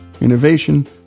innovation